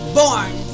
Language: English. born